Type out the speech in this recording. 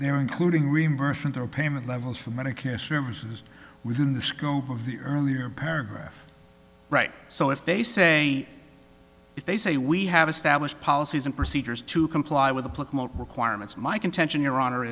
there including reimbursement or payment levels for medicare services within the scope of the earlier paragraph right so if they say if they say we have established policies and procedures to comply with the requirements my contention